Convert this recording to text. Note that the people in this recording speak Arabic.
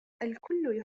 الكل